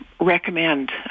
recommend